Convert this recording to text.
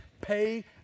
pay